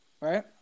right